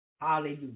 Hallelujah